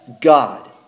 God